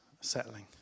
settling